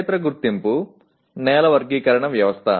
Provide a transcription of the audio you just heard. క్షేత్ర గుర్తింపు నేల వర్గీకరణ వ్యవస్థ